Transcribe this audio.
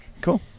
Cool